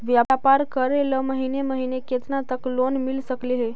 व्यापार करेल महिने महिने केतना तक लोन मिल सकले हे?